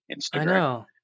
instagram